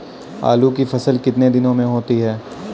आलू की फसल कितने दिनों में होती है?